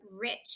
rich